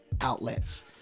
outlets